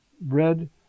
bread